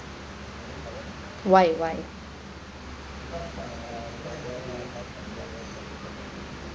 why why